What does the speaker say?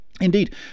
Indeed